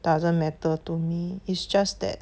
doesn't matter to me is just that